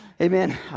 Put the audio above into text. Amen